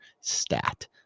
stat